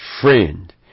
friend